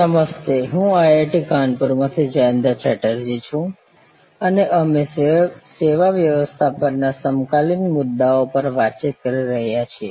નમસ્તે હું IIT કાનપુરમાંથી જયંતા ચેટર્જી છું અને અમે સેવા વ્યવસ્થાપન ના સમકાલીન મુદ્દાઓ પર વાતચીત કરી રહ્યા છીએ